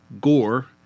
gore